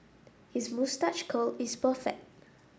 his moustache curl is perfect